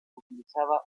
utilizaba